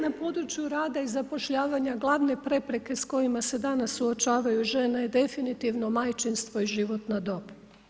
Na području rada i zapošljavanja glavne prepreke s kojima se danas suočavaju žene je definitivno majčinstvo i životna dob.